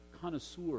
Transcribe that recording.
connoisseur